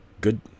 Good